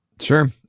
Sure